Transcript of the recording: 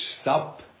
stop